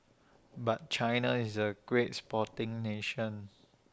but China is A great sporting nation